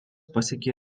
pasiekė